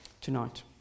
tonight